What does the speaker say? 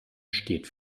steht